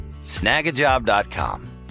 Snagajob.com